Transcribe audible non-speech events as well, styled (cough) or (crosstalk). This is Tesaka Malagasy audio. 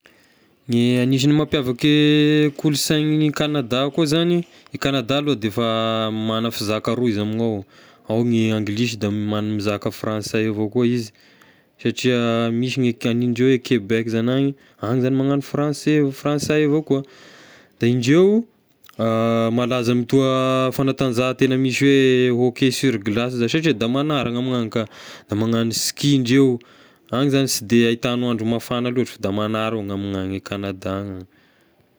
Ny anisany mampiavaky kolonsainy ny Kanada koa zagny, e Kanada aloha de efa magna fizaka roy izy amign'ny ao, ao ny anglisy da man- mizaka fransay avao koa izy satria misy ny ky hanindreo hoe Quebec zagny agny, agny zagny magnano françai- fransay avao koa, da indreo (hesitation) malaza ame toa fanatanjahantena misy hoe hokey sur glace zashy satria da magnara moa ny amign'any ka, da magnano ski indreo, agny zany sy de ahitagnao andro mafagna loatra fa da magnara eo ny amin'agny Kanada any.